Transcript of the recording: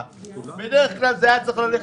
הנזק הוא נזק